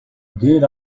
good